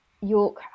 York